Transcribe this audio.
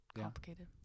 complicated